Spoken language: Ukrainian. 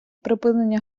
припинення